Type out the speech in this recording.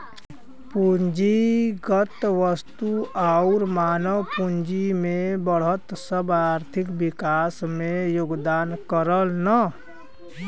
पूंजीगत वस्तु आउर मानव पूंजी में बढ़त सब आर्थिक विकास में योगदान करलन